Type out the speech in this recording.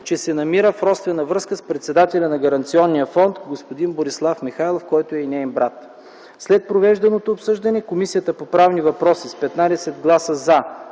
че се намира в родствена връзка с председателя на Гаранционния фонд господин Борислав Михайлов, който е неин брат. След проведеното обсъждане Комисията по правни въпроси с 15 гласа